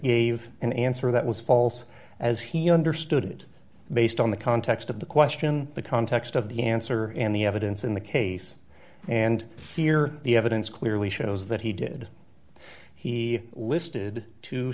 a an answer that was false as he understood based on the context of the question the context of the answer and the evidence in the case and here the evidence clearly shows that he did he listed two